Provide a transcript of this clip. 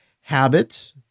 habit